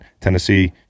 Tennessee